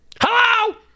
Hello